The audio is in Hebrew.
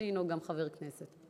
שהוא גם חבר כנסת.